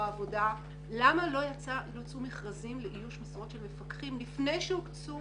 העבודה למה לא יצאו מכרזים לאיוש משרות של מפקחים לפני שהוקצו